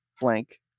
blank